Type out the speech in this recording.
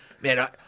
Man